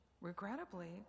regrettably